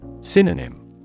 Synonym